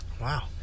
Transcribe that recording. Wow